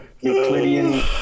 Euclidean